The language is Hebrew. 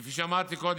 כפי שאמרתי קודם,